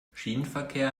schienenverkehr